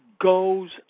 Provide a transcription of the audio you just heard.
goes